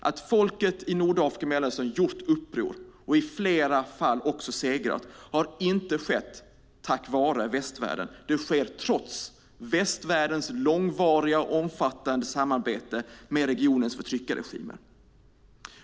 Att folket i Nordafrika och Mellanöstern har gjort uppror och i flera fall också segrat har inte skett tack vare västvärlden - det har skett trots västvärldens långvariga och omfattande samarbete med regionens förtryckarregimer.